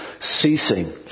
ceasing